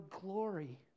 glory